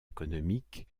économique